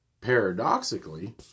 paradoxically